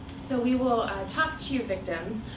so we will talk to your victims.